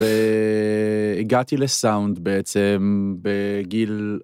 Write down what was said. והגעתי לסאונד בעצם בגיל...